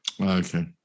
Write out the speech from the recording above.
okay